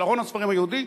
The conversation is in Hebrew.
של ארון הספרים היהודי,